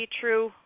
true